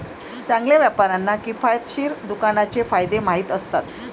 चांगल्या व्यापाऱ्यांना किफायतशीर दुकानाचे फायदे माहीत असतात